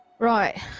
Right